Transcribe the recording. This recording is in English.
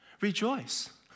rejoice